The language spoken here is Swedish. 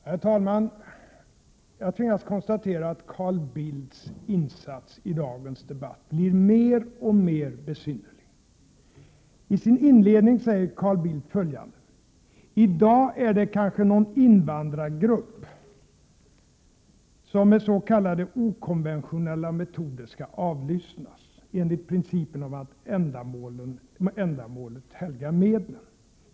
Herr talman! Jag tvingas konstatera att Carl Bildts insats i dagens debatt blir mer och mer besynnerlig. I sin inledning sade Carl Bildt följande: I dag är det kanske någon invandrargrupp som med s.k. okonventionella metoder skall avlyssnas, enligt principen att ändamålet helgar medlen.